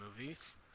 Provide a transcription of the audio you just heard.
movies